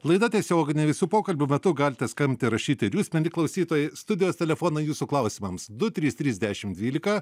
laida tiesioginė visų pokalbių metu galite skambinti rašyti ir jūs mieli klausytojai studijos telefonai jūsų klausimams du trys trys dešimt dvylika